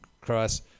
Cross